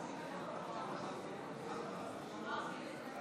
אם כך,